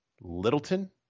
Littleton